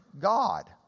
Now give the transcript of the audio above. God